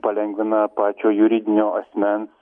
palengvina pačio juridinio asmens